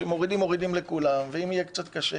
כשמורידים זה לכולם ואם יהיה קצת קשה,